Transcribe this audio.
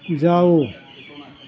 जाउ